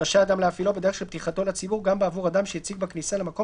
רשאי אדם להפעילו בדרך של פתיחתו לציבור גם בעבור אדם שהציג בכניסה למקום